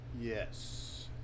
Yes